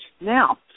Now